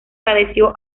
padeció